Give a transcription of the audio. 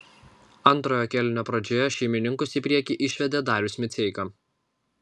antrojo kėlinio pradžioje šeimininkus į priekį išvedė darius miceika